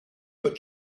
but